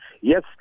Yes